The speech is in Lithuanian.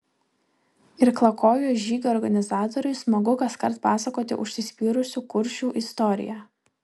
irklakojo žygių organizatoriui smagu kaskart pasakoti užsispyrusių kuršių istoriją